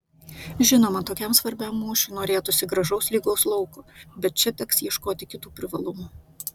žinoma tokiam svarbiam mūšiui norėtųsi gražaus lygaus lauko bet čia teks ieškoti kitų privalumų